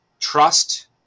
trust